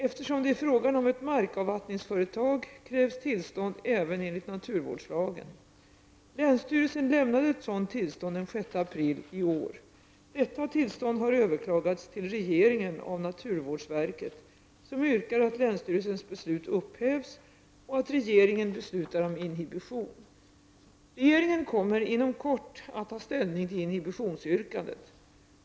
Eftersom det är fråga om ett markavvattningsföretag krävs tillstånd även enligt naturvårdslagen. Länsstyrelsen lämnade ett sådant tillstånd den 6 april i år. Detta tillstånd har överklagats till regeringen av naturvårdsverket, som yrkar att länsstyrelsens beslut upphävs och att regeringen beslutar om inhibition. Regeringen kommer inom kort att ta ställning till inhibitionsyrkandet.